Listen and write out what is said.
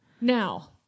Now